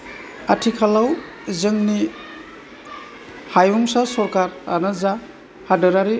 आथिखालाव जोंनि हायुंसा सरकारआनो जा हादरारि